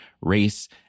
race